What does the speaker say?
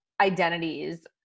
identities